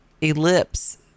ellipse